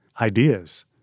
ideas